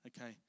okay